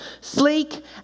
sleek